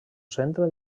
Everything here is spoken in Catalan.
centre